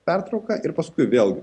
pertrauka ir paskui vėl